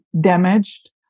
damaged